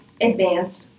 advanced